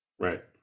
Right